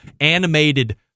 animated